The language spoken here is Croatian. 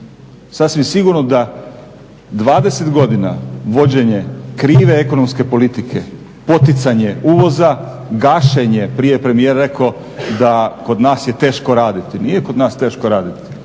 Sasvim sigurno da 20 godina vođenje krive ekonomske politike, poticanje uvoza, gašenje prije je premijer rekao da kod nas je teško raditi. Nije kod nas teško raditi.